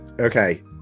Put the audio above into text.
Okay